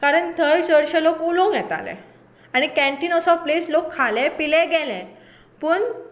आनी थंय चडशें लोक उलोवंक येताले आनी कॅनटिन असो प्लेस लोक खाले पिलें गेले पूण